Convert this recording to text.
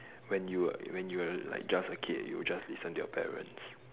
when you were when you were like just a kid you just listen to your parents